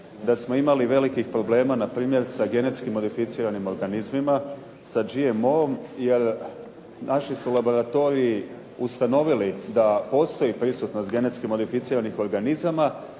da smo imali velikih problema npr. sa genetski modificiranim organizmima sa GMO-om jer naši su laboratoriji ustanovili da postoji prisutnost genetski modificiranih organizama